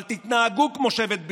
אבל תתנהגו כמו שבט בנימין,